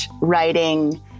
writing